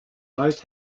both